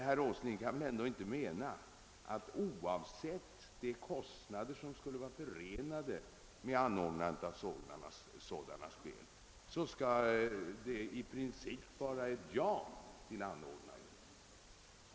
Herr Åsling kan emellertid inte mena att man, oavsett vilka kostnader som skulle vara förenade med anordnandet av olympiska spel, i princip skall svara ja till en begäran härom.